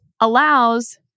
allows